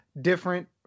different